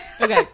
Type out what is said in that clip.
Okay